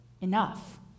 enough